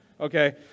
okay